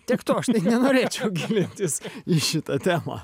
tiek to aš tai nenorėčiau gilintis į šitą temą